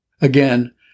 Again